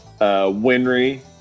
Winry